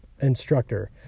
Instructor